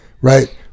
right